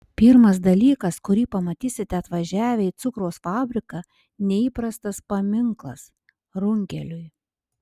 pirmas dalykas kurį pamatysite atvažiavę į cukraus fabriką neįprastas paminklas runkeliui